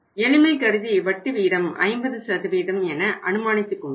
எளிமை கருதி வட்டி விகிதம் 50 என அனுமானித்து கொண்டோம்